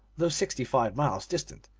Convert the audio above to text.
though sixty-five miles distant.